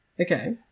Okay